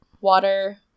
water